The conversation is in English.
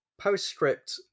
postscript